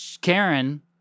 Karen